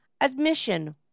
Admission